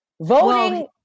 Voting